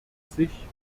sich